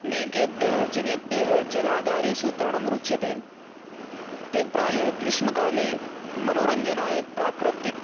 अनेकेभ्यः जनेभ्यः जलागारेषु तरणं रुच्यते ते प्रायः ग्रीष्मकाले मनोरञ्जनाय प्राकृतिक